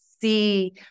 see